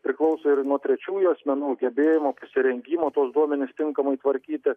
priklauso ir nuo trečiųjų asmenų gebėjimo pasirengimo tuos duomenis tinkamai tvarkyti